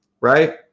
right